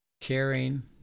caring